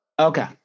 Okay